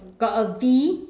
got a V